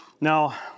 Now